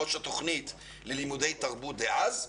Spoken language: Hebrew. ראש התוכנית ללימודי תרבות דאז.